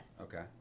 Okay